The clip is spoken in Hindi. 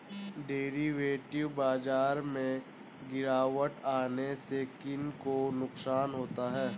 डेरिवेटिव बाजार में गिरावट आने से किन को नुकसान होता है?